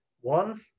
One